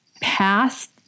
past